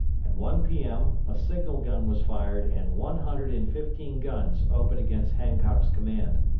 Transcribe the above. at one p m, a signal gun was fired and one hundred and fifteen guns opened against hancock's command,